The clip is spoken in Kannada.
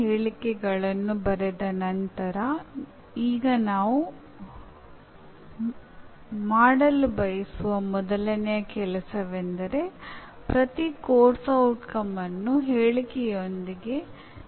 ಶಿಕ್ಷಣವು ಯಾವುದೇ ವೃತ್ತಿಗೆ ಅನುಗುಣವಾಗುವಂತೆ ಸಂಗ್ರಹವಾದ ಜ್ಞಾನ ಮೌಲ್ಯ ಮತ್ತು ಕೌಶಲ್ಯಗಳನ್ನು ಒಂದು ಪೀಳಿಗೆಯಿಂದ ಮತ್ತೊಂದು ಪೀಳಿಗೆಗೆ ವರ್ಗಾಯಿಸುವುದು